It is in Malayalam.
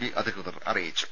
ബി അധികൃതർ അറിയിച്ചു